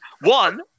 one